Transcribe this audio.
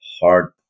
hard